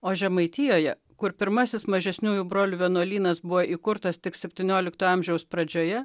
o žemaitijoje kur pirmasis mažesniųjų brolių vienuolynas buvo įkurtas tik septyniolikto amžiaus pradžioje